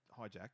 hijack